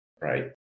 right